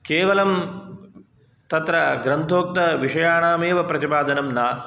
केवलं तत्र ग्रन्थोक्तविषयाणामेव प्रतिपादनं न